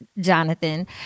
jonathan